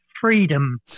freedom